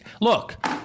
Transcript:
look